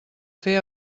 fer